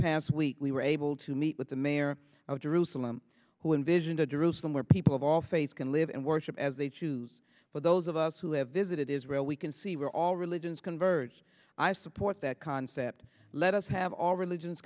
past week we were able to meet with the mayor of jerusalem who envisioned a jerusalem where people of all faiths can live and worship as they choose for those of us who have visited israel we can see where all religions converge i support that concept let us have all religions